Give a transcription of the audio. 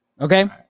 Okay